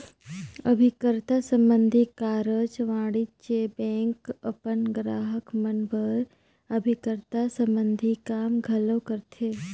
अभिकर्ता संबंधी कारज वाणिज्य बेंक अपन गराहक मन बर अभिकर्ता संबंधी काम घलो करथे